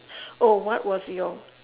oh what was your